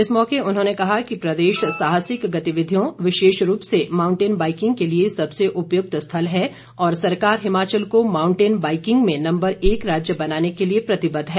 इस मौके उन्होंने कहा कि प्रदेश साहसिक गतिविधियों विशेष रूप से माऊंटेन बाइकिंग के लिए सबसे उपयुक्त स्थल है और सरकार हिमाचल को माऊंटेन बाइकिंग में नम्बर एक राज्य बनाने के लिए प्रतिबद्व है